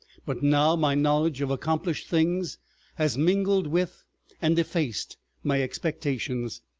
but now my knowledge of accomplished things has mingled with and effaced my expectations.